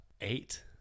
Eight